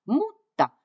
mutta